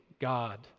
God